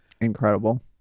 incredible